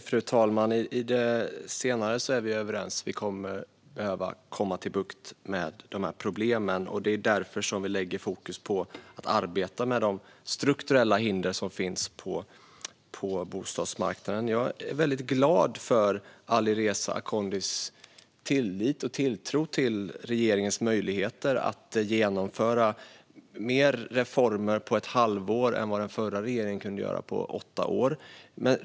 Fru talman! I det senare är vi överens - vi kommer att behöva få bukt med de här problemen. Det är därför vi lägger fokus på att arbeta med de strukturella hinder som finns på bostadsmarknaden. Jag är väldigt glad för Alireza Akhondis tillit och tilltro till regeringens möjligheter att genomföra fler reformer på ett halvår än den förra regeringen kunde göra på åtta år.